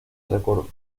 records